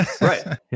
Right